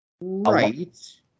Right